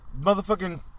motherfucking